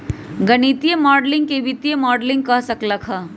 गणितीय माडलिंग के वित्तीय मॉडलिंग कह सक ल ह